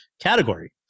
category